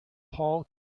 paul